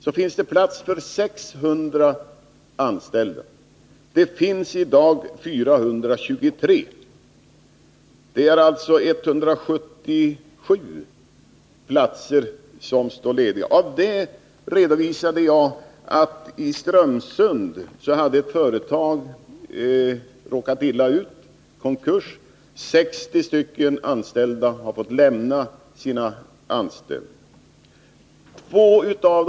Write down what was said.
Det finns plats för 600 anställda, och man har i dag 423. 177 platser står alltså lediga. Jag redogjorde för att i Strömsund har ett företag råkat illa ut och gjort konkurs så att 60 personer har fått lämna sina anställningar.